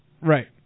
Right